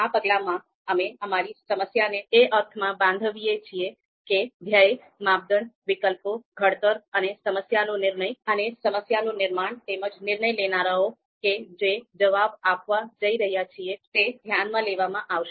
આ પગલામાં અમે અમારી સમસ્યાને એ અર્થમાં બંધાવીએ છીએ કે ધ્યેય માપદંડ વિકલ્પો ઘડતર અને સમસ્યાનું નિર્માણ તેમજ નિર્ણય લેનારાઓ કે જે જવાબ આપવા જઈ રહ્યા છે તે ધ્યાનમાં લેવામાં આવશે